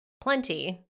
plenty